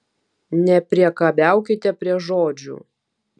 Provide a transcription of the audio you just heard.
nepriekabiaukite prie žodžių